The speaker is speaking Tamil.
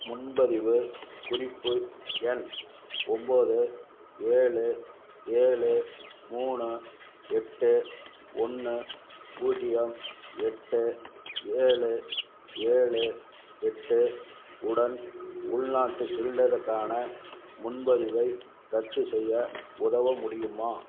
முன்பதிவு குறிப்பு எண் ஒம்போது ஏழு ஏழு மூணு எட்டு ஒன்று பூஜ்ஜியம் எட்டு ஏழு ஏழு எட்டு உடன் உள்நாட்டு சிலிண்டருக்கான முன்பதிவை ரத்து செய்ய உதவ முடியுமா